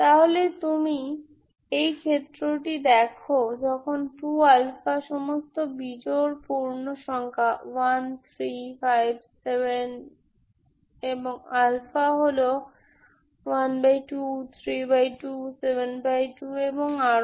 তাহলে তুমি এই ক্ষেত্রটি দেখো যখন 2 সমস্ত বিজোড় পূর্ণ সংখ্যা 1 3 5 7 হল 123272 এবং আরও